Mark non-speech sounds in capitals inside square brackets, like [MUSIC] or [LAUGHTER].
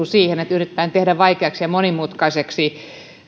[UNINTELLIGIBLE] siihen että yritetään tehdä vaikeaksi ja monimutkaiseksi